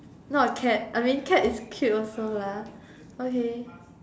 not a cat I mean cat is cute also lah okay